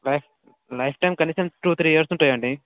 life life time కనీసం two three years ఉంటాయండి